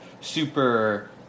super